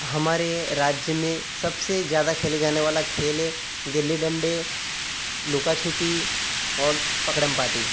हामारे राज्य में सबसे ज़्यादा खेले जाने वाला खेल है गिल्ली डंडे लुक छिपी और पकड़म पाटी